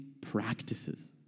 practices